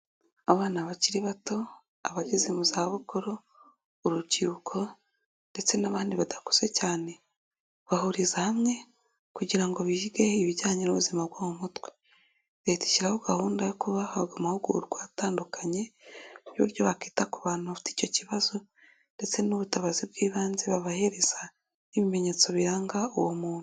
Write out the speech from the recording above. Abana bakiri bato, abageze mu za bukuru, urubyiruko, ndetse n'abandi badakuze cyane, bahuriza hamwe kugira ngo bige ibijyanye n'ubuzima bwo mu mutwe. Leta ishyiraho gahunda yo kuba bahabwa amahugurwa atandukanye, y'uburyo bakita ku bantu bafite icyo kibazo, ndetse n'ubutabazi bw'ibanze babahereza, n'ibimenyetso biranga uwo muntu.